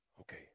Okay